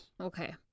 okay